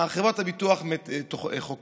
חברת הביטוח חוקרת,